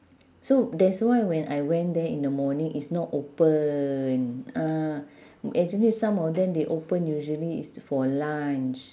so that's why when I went there in the morning it's not open ah actually some of them they open usually it's for lunch